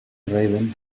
raven